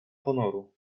honoru